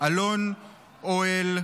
אלון אהל,